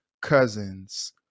Cousins